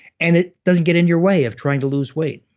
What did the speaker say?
and it doesn't get in your way of trying to lose weight.